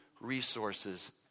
resources